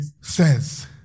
says